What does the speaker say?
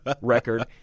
record